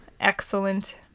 Excellent